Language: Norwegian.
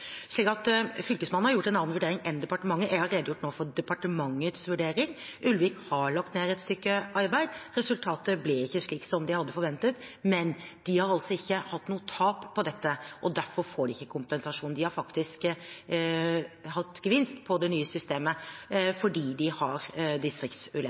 slik at Fylkesmannen har gjort en annen vurdering enn departementet. Jeg har nå redegjort for departementets vurdering. Ulvik har lagt ned et stykke arbeid. Resultatet ble ikke slik som de hadde forventet, men de har altså ikke hatt noe tap på dette, og derfor får de ikke kompensasjon. De har faktisk hatt gevinst med det nye systemet,